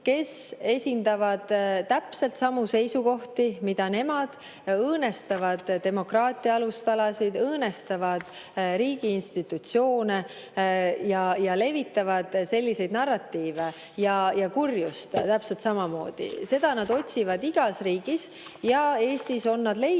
kes esindab täpselt samu seisukohti, mida nemad, kes õõnestab demokraatia alustalasid, õõnestab riigiinstitutsioone ning levitab selliseid narratiive ja kurjust täpselt samamoodi. Seda nad otsivad igas riigis ja Eestis on nad leidnud